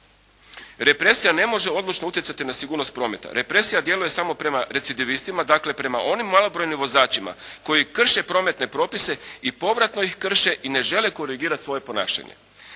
represija ne može odlučno utjecati na sigurnost prometa. Represija djeluje samo prema recidivistima, dakle prema onim malobrojnim vozačima koji krše prometne propise i povratno ih krše i ne žele korigirati svoje ponašanje,